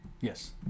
Yes